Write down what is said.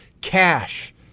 cash